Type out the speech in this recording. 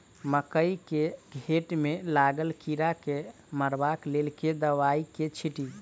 मकई केँ घेँट मे लागल कीड़ा केँ मारबाक लेल केँ दवाई केँ छीटि?